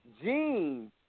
jeans